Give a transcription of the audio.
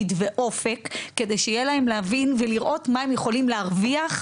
כי אם אני עכשיו יכולה לעבור ברחוב,